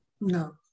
No